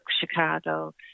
Chicago